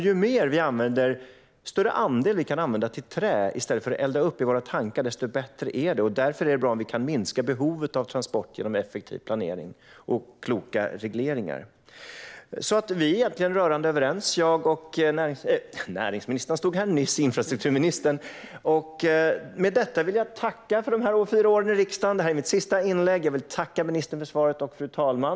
Ju större andel trä vi kan använda i stället för att elda upp i våra tankar desto bättre är det. Därför är det bra om vi kan minska behovet av transport genom effektiv planering och kloka regleringar. Vi är egentligen rörande överens, jag och infrastrukturministern. Med detta vill jag tacka för de fyra åren i riksdagen. Detta är mitt sista inlägg. Jag vill tacka ministern för svaret. Fru talman!